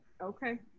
Okay